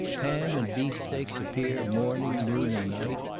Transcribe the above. ham and beaf-steaks appear morning, noon, and night.